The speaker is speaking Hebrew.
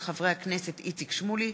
של חברי הכנסת איציק שמולי,